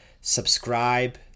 subscribe